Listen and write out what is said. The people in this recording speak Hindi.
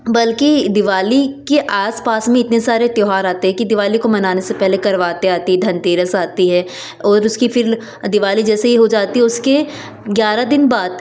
बल्कि दिवाली आस पास में इतने सारे त्योहार आते है कि दिवाली को मनाने से पहले करवाते आती धनतेरस आती है और उसकी फिर दिवाली जैसे ही हो जाती है उसके ग्यारह दिन बाद